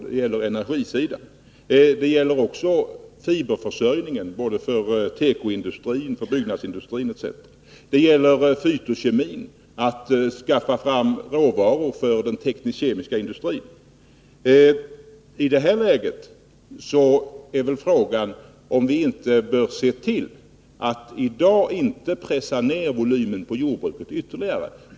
Det gäller fiberförsörjningen för tekoindustrin, byggnadsindustrin etc. Det gäller fytokemin, att skaffa fram råvaror till den kemisk-tekniska industrin. I detta läge är frågan om vi inte bör se till att inte pressa ned jordbrukets volym ytterligare.